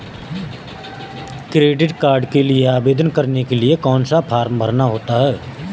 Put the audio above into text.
Credit card के लिए आवेदन करने के लिए कौन सा फॉर्म भरना होता है?